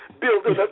building